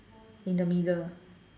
in the middle